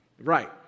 Right